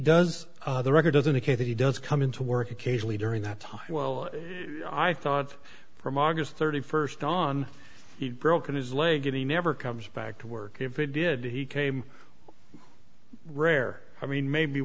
does the record doesn't appear that he does come into work occasionally during that time well i thought from august thirty first on he'd broken his leg and he never comes back to work if it did he came rare i mean maybe